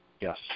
Yes